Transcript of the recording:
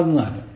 പതിനാല്